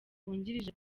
wungirije